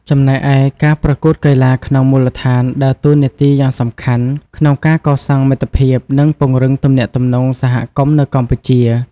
ចំណែកឯ ការប្រកួតកីឡាក្នុងមូលដ្ឋានដើរតួនាទីយ៉ាងសំខាន់ក្នុងការកសាងមិត្តភាព និងពង្រឹងទំនាក់ទំនងសហគមន៍នៅកម្ពុជា។